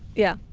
yeah.